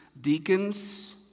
deacons